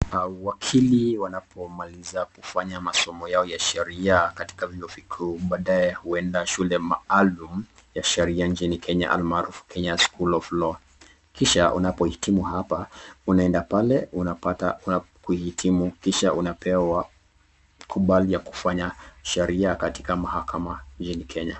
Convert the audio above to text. Mawakili wanapomaliza kufanya masomo yao ya sheria katika vyuo vikuu, baadaye huenda shule maalumu ya sheria nchini Kenya, almaarufu Kenya School of Law. Kisha, unapohitimu hapa, unaenda pale unapata kuhitimu kisha unapewa kubali ya kufanya sheria katika mahakama nchini Kenya.